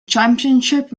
championship